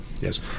Yes